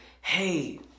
hey